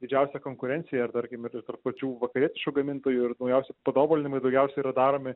didžiausia konkurencija tarkim ir tarp pačių vakarietiškų gamintojų ir naujausi patobulinimai daugiausiai yra daromi